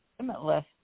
limitless